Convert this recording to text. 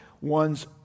one's